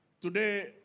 Today